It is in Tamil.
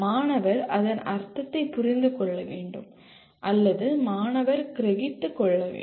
மாணவர் அதன் அர்த்தத்தை புரிந்து கொள்ள வேண்டும் அல்லது மாணவர் கிரகித்து கொள்ள வேண்டும்